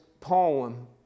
poem